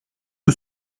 que